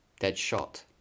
Deadshot